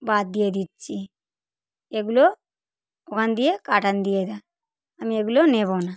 বাদ দিয়ে দিচ্ছি এগুলো ওখান দিয়ে কাটান দিয়ে দেন আমি এগুলো নেবো না